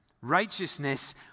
Righteousness